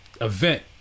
event